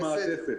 במעטפת.